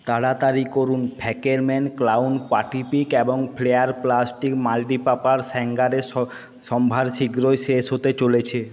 তাড়াতাড়ি করুন Fackelmann clown party pick এবং ফ্লেয়ার প্লাস্টিক মাল্টিপারপাস হ্যাঙ্গারের সম্ভার শীঘ্রই শেষ হতে চলেছে